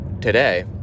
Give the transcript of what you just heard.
today